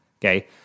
Okay